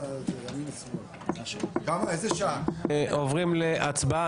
אנחנו עוברים להצבעה.